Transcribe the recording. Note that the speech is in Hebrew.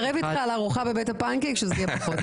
אני מוכנה להתערב איתך לארוחה בבית הפנקייק שזה יהיה פחות.